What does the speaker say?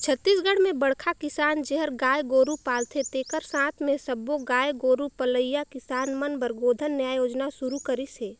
छत्तीसगढ़ में बड़खा किसान जेहर गाय गोरू पालथे तेखर साथ मे सब्बो गाय गोरू पलइया किसान मन बर गोधन न्याय योजना सुरू करिस हे